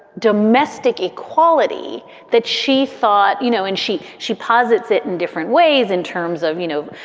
domestic equality that she thought, you know, and she she posits it in different ways in terms of, you know,